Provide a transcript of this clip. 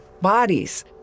bodies